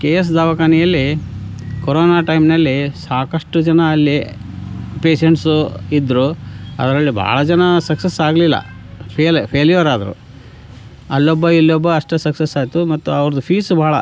K S ದವಾಖಾನೆಯಲ್ಲಿ corona ಟೈಮ್ನಲ್ಲಿ ಸಾಕಷ್ಟು ಜನ ಅಲ್ಲಿ ಪೇಶಂಟ್ಸು ಇದ್ದರು ಅದರಲ್ಲಿ ಭಾಳ ಜನ ಸಕ್ಸೆಸ್ ಆಗಲಿಲ್ಲ ಫೇಲೇ ಫೇಲ್ಯೂರಾದರು ಅಲ್ಲೊಬ್ಬ ಇಲ್ಲೊಬ್ಬ ಅಷ್ಟೇ ಸಕ್ಸಸ್ ಆಯಿತು ಮತ್ತು ಅವ್ರದ್ದು ಫೀಸ್ ಭಾಳ